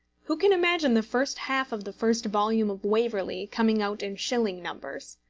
who can imagine the first half of the first volume of waverley coming out in shilling numbers?